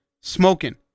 Smoking